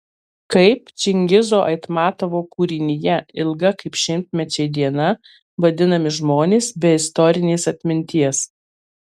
kaip čingizo aitmatovo kūrinyje ilga kaip šimtmečiai diena vadinami žmonės be istorinės atminties